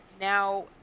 now